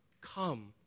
come